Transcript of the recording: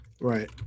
Right